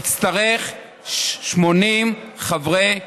הוא יצטרך 80 חברי כנסת.